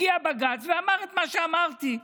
הגיע בג"ץ ואמר את מה שאמרתי.